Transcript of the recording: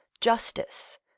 JUSTICE